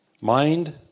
Mind